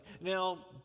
now